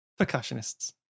Percussionists